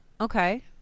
Okay